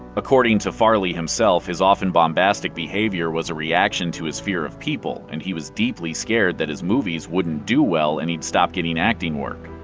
according to farley himself, his often bombastic behavior was a reaction to his fear of people, and he was deeply scared that his movies wouldn't do well and he'd stop getting acting work.